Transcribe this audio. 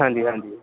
ਹਾਂਜੀ ਹਾਂਜੀ